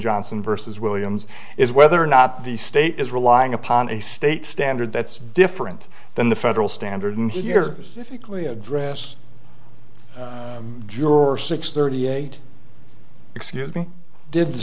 johnson versus williams is whether or not the state is relying upon a state standard that's different than the federal standard here dress your six thirty eight excuse me did the